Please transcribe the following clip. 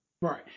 Right